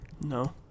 No